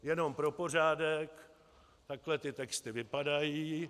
Jenom pro pořádek, takhle ty texty vypadají.